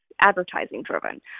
advertising-driven